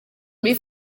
muri